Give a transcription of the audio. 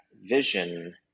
vision